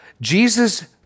Jesus